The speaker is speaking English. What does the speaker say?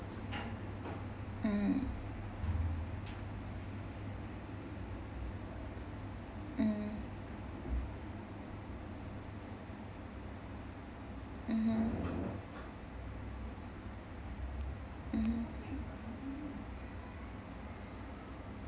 mm mm mmhmm mm